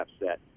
upset